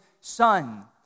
son